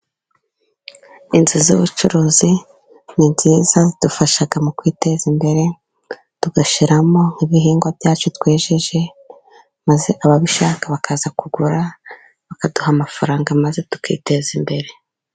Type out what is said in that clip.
Inzu z'ubucuruzi ni nziza, zidufasha mu kwiteza imbere, tugashyiramo ibihingwa byacu twejeje, maze ababishaka bakaza kugura, bakaduha amafaranga, maze tukiteza imbere.